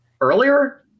earlier